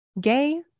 Gay